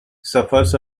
suffers